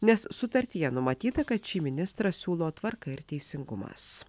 nes sutartyje numatyta kad šį ministrą siūlo tvarka ir teisingumas